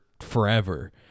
forever